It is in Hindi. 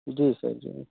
जी सर जी